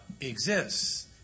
exists